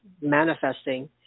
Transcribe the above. manifesting